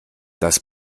das